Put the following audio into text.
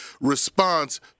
response